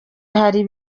hari